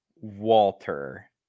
Walter